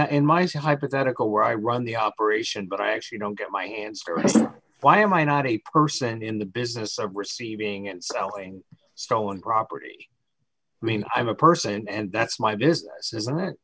that in my hypothetical where i run the operation but i actually don't get my hands from why am i not a person in the business of receiving and selling stolen property i mean i'm a person and that's my business isn't it